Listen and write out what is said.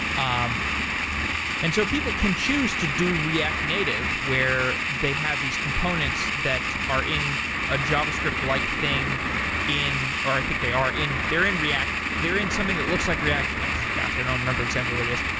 um and so people can choose to do react native where they have these components that are in a javascript-like thing in or i think they are in. they're in react. they're in something that looks like react gosh! i don't remember exactly what it is.